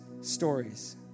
stories